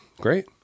great